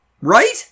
Right